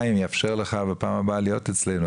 יאפשר לך בפעם הבאה להיות איתנו,